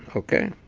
ok?